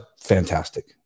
fantastic